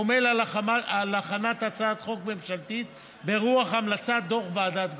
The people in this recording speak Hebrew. עמל על הכנת הצעת חוק ממשלתית ברוח המלצת דוח ועדת גרוס,